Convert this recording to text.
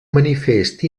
manifest